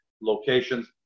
locations